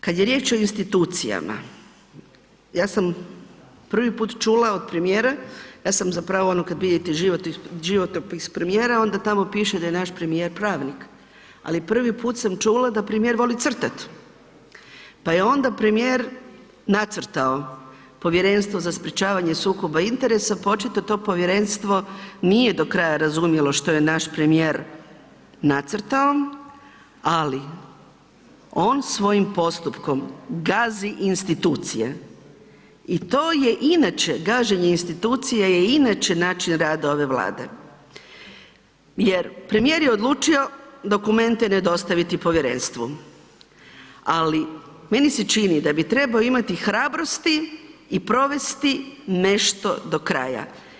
Kad je riječ o institucijama, ja sam prvi put čula od premijera, ja sam zapravo ono kad vidite životopis premijera onda tamo piše da je naš premijer pravnik, ali prvi put sam čula da premijer voli crtat, pa je onda premijer nacrtao Povjerenstvo za sprečavanje sukoba interesa, pa očito to povjerenstvo nije do kraja razumjelo što je naš premijer nacrtao, ali on svojim postupkom gazi institucije i to je inače, gaženje institucija je inače način rada ove Vlade jer premijer je odlučio dokumente ne dostaviti povjerenstvu, ali meni se čini da bi trebao imati hrabrosti i provesti nešto do kraja.